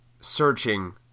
searching